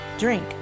Drink